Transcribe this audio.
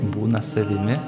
būna savimi